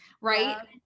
right